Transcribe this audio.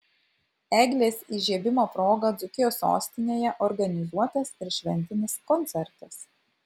eglės įžiebimo proga dzūkijos sostinėje organizuotas ir šventinis koncertas